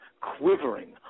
quivering